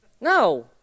No